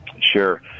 Sure